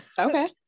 okay